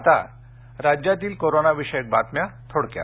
आता राज्यातील कोरोनाविषयक बातम्या थोडक्यात